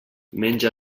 menja